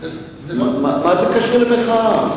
מה זה קשור במחאה?